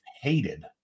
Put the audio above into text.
hated